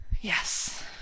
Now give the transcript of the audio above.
Yes